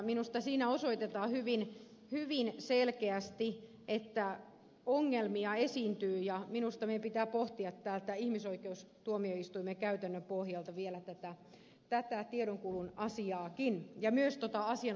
minusta siinä osoitetaan hyvin selkeästi että ongelmia esiintyy ja minusta meidän pitää pohtia tältä ihmisoikeustuomioistuimen käytännön pohjalta vielä tätä tiedonkulun asiaakin ja myös asianosaisen käsitettä